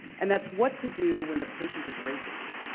and that's what to do when the patient is racist,